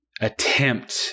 attempt